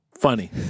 funny